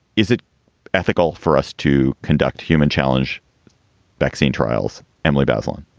is it ethical for us to conduct human challenge vaccine trials? emily bazelon,